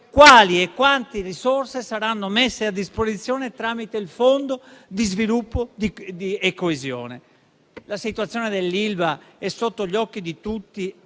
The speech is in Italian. quali e quanti risorse saranno messe a disposizione tramite il Fondo di sviluppo e coesione. La situazione dell'ILVA è sotto gli occhi di tutti